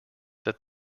that